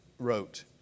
wrote